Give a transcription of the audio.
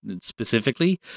specifically